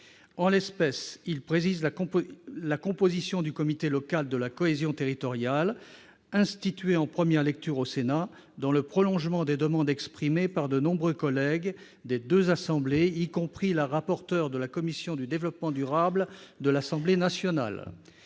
En l'espèce, il précise la composition du comité local de la cohésion territoriale, institué en première lecture au Sénat, dans le prolongement des demandes exprimées par de nombreux collègues des deux assemblées, y compris la rapporteure de la commission du développement durable et de l'aménagement